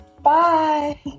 Bye